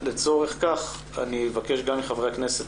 לצורך כך אבקש גם מחברי הכנסת,